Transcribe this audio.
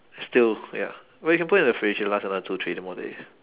still ya but you can put in the fridge it'll last another two three more days